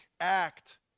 act